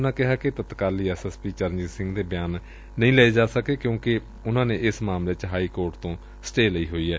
ਉਨੂਾਂ ਕਿਹਾ ਕਿ ਤਤਕਾਲੀ S S P Charanjit Singh ਦੇ ਬਿਆਨ ਨਹੀ ਲਏ ਜਾ ਸਕੇ ਕਿਉਕਿ ਉਨ੍ਹਾ ਨੇ ਇਸ ਮਾਮਲੇ ਚ ਹਾਈਕੋਰਟ ਤੋ ਸਟੇਅ ਲਈ ਹੋਈ ਏ